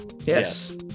Yes